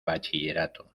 bachillerato